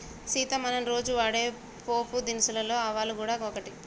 సీత మనం రోజు వాడే పోపు దినుసులలో ఆవాలు గూడ ఒకటి